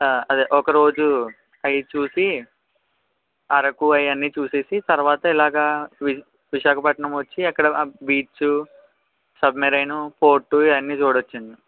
అదే ఒకరోజు అవి చూసి అరకు అవన్నీ చూసేసి తరువాత ఇలాగా వి విశాఖపట్నం వచ్చి అక్కడ ఆ బీచు సబ్మరైన్ పోర్టు ఇవన్నీ చూడచ్చు అండి